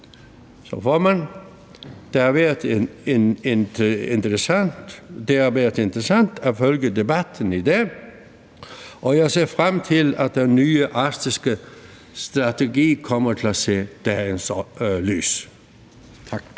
og Arktis i det hele taget. Så, formand, det har været interessant at følge debatten i dag, og jeg ser frem til, at den nye arktiske strategi kommer til at se dagens lys. Tak.